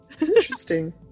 interesting